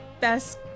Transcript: best